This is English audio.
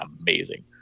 amazing